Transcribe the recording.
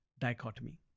dichotomy